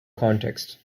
context